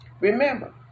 Remember